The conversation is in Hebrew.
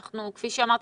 כפי שאמרתי,